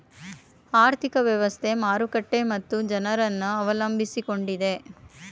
ಆರ್ಥಿಕ ವ್ಯವಸ್ಥೆ, ಮಾರುಕಟ್ಟೆ ಮತ್ತು ಜನರನ್ನು ಅವಲಂಬಿಸಿಕೊಂಡಿದೆ